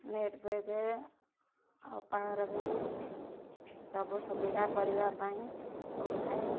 net ଆଉ power bank ସବୁ ସୁବିଧା କରିବା ପାଇଁ ପଡ଼ୁଥାଏ